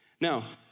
Now